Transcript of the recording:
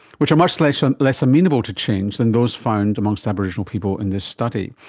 which are much less and less amenable to change than those found amongst aboriginal people in this study.